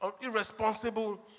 irresponsible